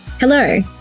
Hello